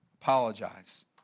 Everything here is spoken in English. Apologize